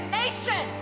nation